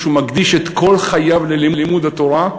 שהוא מקדיש את כל חייו ללימוד התורה,